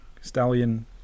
stallion